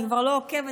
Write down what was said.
אני כבר לא עוקבת,